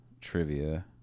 trivia